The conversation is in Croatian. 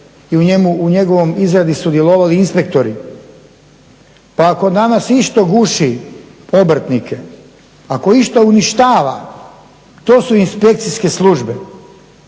i u njegovoj izradi sudjelovali inspektori. Pa ako je danas išta guši obrtnike, ako išta uništava to su inspekcijske službe.